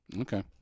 okay